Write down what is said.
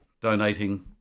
donating